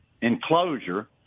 enclosure